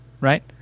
right